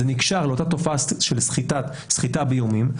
זה נקשר לתופעה של סחיטה באיומים,